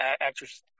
actress